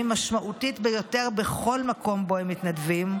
משמעותית ביותר בכל מקום שבו הם מתנדבים,